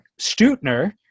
Stutner